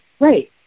Right